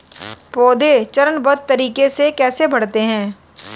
पौधे चरणबद्ध तरीके से कैसे बढ़ते हैं?